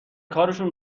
کارشون